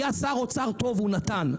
היה שר אוצר טוב, הוא נתן.